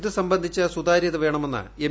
ഇത് സംബന്ധിച്ച് സുതാര്യത വേണമെന്ന് എം